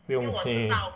不用紧